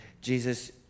Jesus